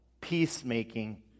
peacemaking